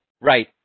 Right